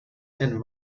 and